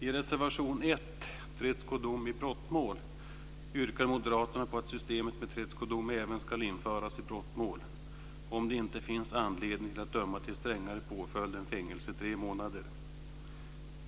I reservation 1, tredskodom i brottmål, yrkar moderaterna på att systemet med tredskodom även ska införas i brottmål, om det inte finns anledning att döma till strängare påföljd än fängelse tre månader.